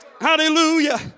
hallelujah